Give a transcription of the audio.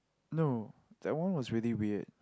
no that one was really weird